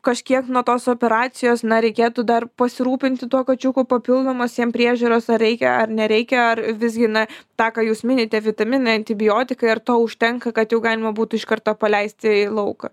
kažkiek nuo tos operacijos na reikėtų dar pasirūpinti tuo kačiuku papildomos jam priežiūros ar reikia ar nereikia ar visgi na tą ką jūs minite vitaminai antibiotikai ar to užtenka kad jau galima būtų iš karto paleisti į lauką